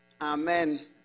Amen